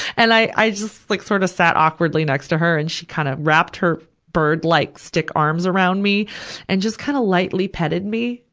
and i, i just like sort of sat awkwardly next to her. and she kinda kind of wrapped her birdlike, stick arms around me and just kind of lightly petted me.